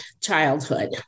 childhood